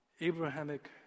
Abrahamic